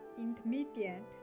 intermediate